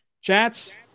Chats